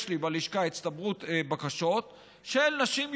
יש לי בלשכה הצטברות בקשות של נשים יהודיות,